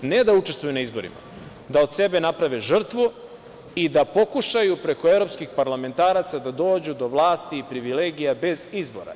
Dakle, ne da učestvuju na izborima, već da od sebe naprave žrtvu i da pokušaju preko evropskih parlamentaraca da dođu do vlasti i privilegija bez izbora.